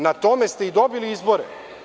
Na tome ste i dobili izbore.